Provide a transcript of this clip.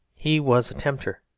he was a tempter.